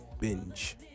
binge